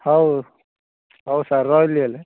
ହଉ ହଉ ସାର୍ ରହିଲି ହେଲେ